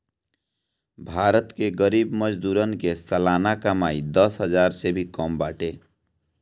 भारत के गरीब मजदूरन के सलाना कमाई दस हजार से भी कम बाटे